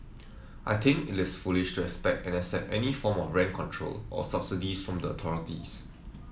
I think it is foolish to expect and accept any form of rent control or subsidies from the authorities